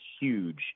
huge